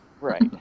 right